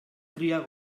criar